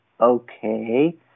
okay